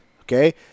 okay